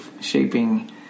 shaping